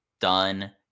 done